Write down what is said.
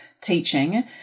teaching